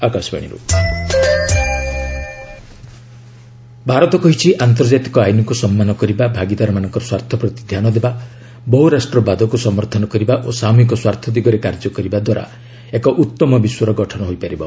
RIC FM Bharat କହିଛି ଆନ୍ତର୍ଜାତିକ ଆଇନ୍କୁ ସମ୍ମାନ କରିବା ଭାଗିଦାରମାନଙ୍କ ସ୍ୱାର୍ଥ ପ୍ରତି ଧ୍ୟାନ ଦେବା ବହୁରାଷ୍ଟ୍ରବାଦକୁ ସମର୍ଥନ କରିବା ଓ ସାମୁହିକ ସ୍ୱାର୍ଥ ଦିଗରେ କାର୍ଯ୍ୟ କରିବା ଦ୍ୱାରା ଏକ ଉତ୍ତମ ବିଶ୍ୱର ଗଠନ ହୋଇପାରିବ